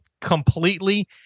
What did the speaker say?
completely